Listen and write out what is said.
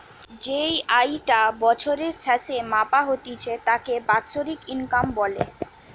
যেই আয়ি টা বছরের স্যাসে মাপা হতিছে তাকে বাৎসরিক ইনকাম বলে